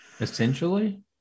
essentially